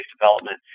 development